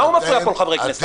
מה הוא מפריע פה לחברי כנסת?